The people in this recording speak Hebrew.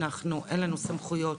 אין לנו סמכויות,